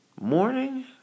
morning